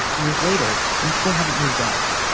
years later, we still haven't moved out.